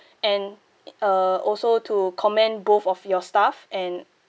and uh also to commend both of your staff and